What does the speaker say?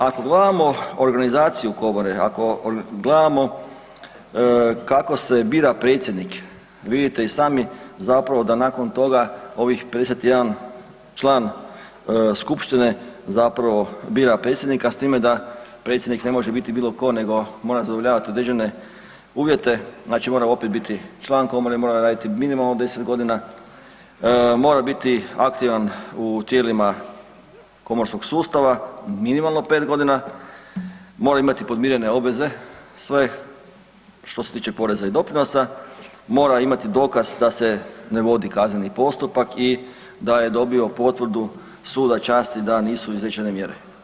Ako gledamo organizaciju komore, ako gledamo kako se bira predsjednik vidite i sami zapravo da nakon toga ovi 51 član skupštine zapravo bira predsjednika s time da predsjednik ne može biti bilo tko nego morate udovoljavati određene uvjete, znači mora opet biti član komore, mora raditi minimalno 10 godina, mora biti aktivan u tijelima komorskog sustava minimalno 5 godina, mora imati podmirene obveze sve što se tiče poreza i doprinosa, mora imati dokaz da se ne vodi kazneni postupak i da je dobio potvrdu suda časti da nisu izrečene mjere.